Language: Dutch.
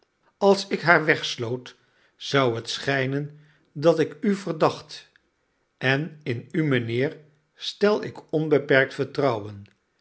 als ik haar wegsloot zou het schijnen dat ik u verdacht en in u mijnheer stel ik onbeperkt vertrouwen